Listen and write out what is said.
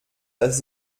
dass